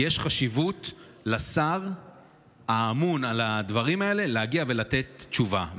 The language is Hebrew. כי יש חשיבות שהשר האמון על הדברים האלה יגיע וייתן תשובה,